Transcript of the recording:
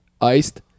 iced